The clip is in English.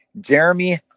Jeremy